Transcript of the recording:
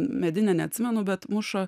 medine neatsimenu bet muša